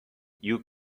you